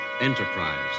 Enterprise